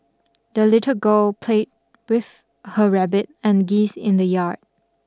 the little girl played with her rabbit and geese in the yard